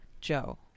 Joe